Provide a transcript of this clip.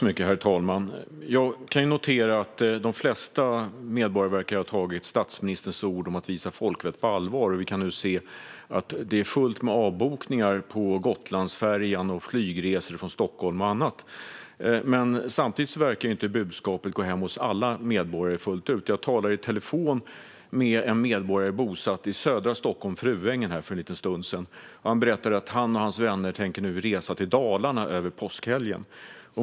Herr talman! Jag kan notera att de flesta medborgare verkar ha tagit statsministerns ord om att visa folkvett på allvar. Vi kan nu se att det är fullt med avbokningar för Gotlandsfärjan, flygresor från Stockholm och annat. Men budskapet verkar inte gå hem hos alla medborgare fullt ut. Jag talade i telefon med en medborgare bosatt i södra Stockholm, Fruängen, för en liten stund sedan. Han berättade att han och hans vänner nu tänker resa till Dalarna över påskhelgen.